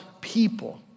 people